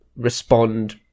respond